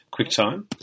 QuickTime